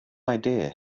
idea